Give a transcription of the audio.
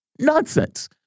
Nonsense